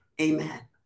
Amen